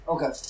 Okay